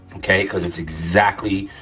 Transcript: okay, cause it's exactly